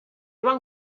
van